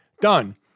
done